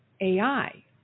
AI